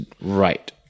Right